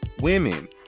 women